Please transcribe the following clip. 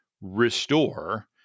restore